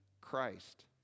Christ